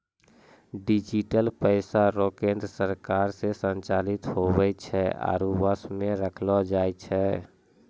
digital पैसा रो केन्द्र सरकार से संचालित हुवै छै आरु वश मे रखलो जाय छै